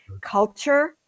Culture